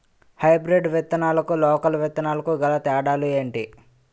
Hybrid విత్తనాలకు local విత్తనాలకు గల తేడాలు ఏంటి?